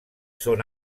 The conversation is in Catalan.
són